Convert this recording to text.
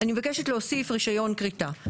אני מבקשת להוסיף רישיון כריתה.